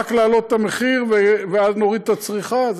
רק להעלות את המחיר ואז נוריד את הצריכה?